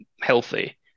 healthy